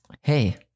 Hey